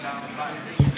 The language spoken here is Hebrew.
תודה רבה.